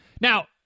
Now